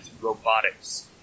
robotics